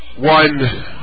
one